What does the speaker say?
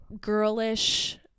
Girlish